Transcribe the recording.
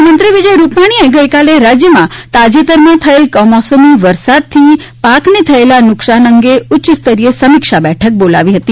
મુખ્યમંત્રી વિજય રૂપાણીએ ગઇકાલે રાજ્યમાં તાજેતરમાં થયેલા કમોસમી વરસાદથી પાકને થયેલા નુકસાન અંગે ઉચ્યસ્તરીય સમીક્ષા બેઠક બોલાવી હતી